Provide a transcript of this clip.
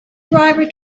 driver